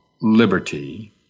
liberty